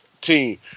team